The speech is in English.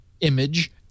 image